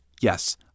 Yes